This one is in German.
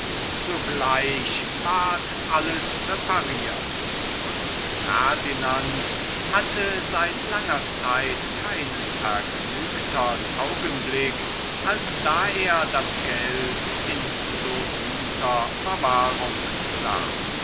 sogleich ward alles repariert und ferdinand hatte seit langer zeit keinen vergnügtern augenblick als da er das geld in so guter verwahrung sah